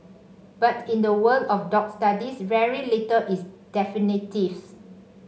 but in the world of dog studies very little is definitive